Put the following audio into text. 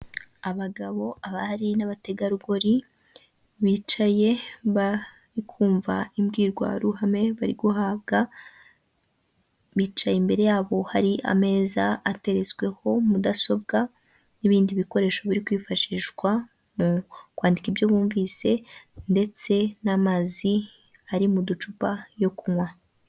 Abagabo abahari nabategarugori bicaye bari kumva imbwirwaruhame bari guhabwa, bicaye imbere yabo hari ameza ateretsweho mudasobwa n'ibindi bikoresho biri kwifashishwa, mu kwandika ibyo bumvise ndetse n'amazi ari mu ducupa yo kunywa.